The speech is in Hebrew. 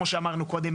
כמו שאמרנו קודם,